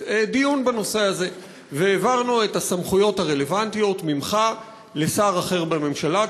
דיון בנושא הזה והעברנו את הסמכויות הרלוונטיות ממך לשר אחר בממשלה,